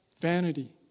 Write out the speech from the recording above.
vanity